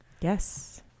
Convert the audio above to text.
Yes